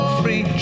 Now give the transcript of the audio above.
free